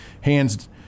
hands